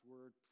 Word